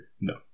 No